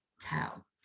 tell